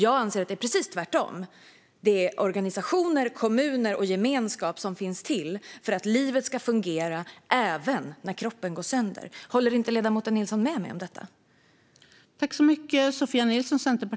Jag anser att det är precis tvärtom: Det är organisationer, kommuner och gemenskaper som finns till för att livet ska fungera även när kroppen går sönder. Håller inte ledamoten Nilsson med mig om detta?